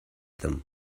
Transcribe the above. them